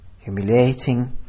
humiliating